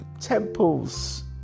temples